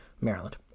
Maryland